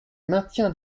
maintien